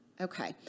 Okay